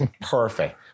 Perfect